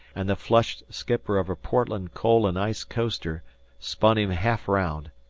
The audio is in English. and the flushed skipper of a portland coal-and-ice coaster spun him half round.